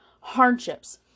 hardships